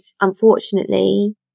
unfortunately